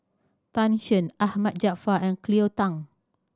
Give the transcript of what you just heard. Tan Shen Ahmad Jaafar and Cleo Thang